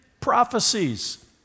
prophecies